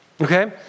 Okay